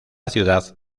ciudad